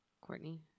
Courtney